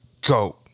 go